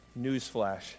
newsflash